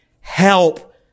Help